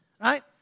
Right